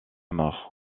mort